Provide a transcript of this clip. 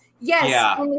yes